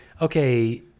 okay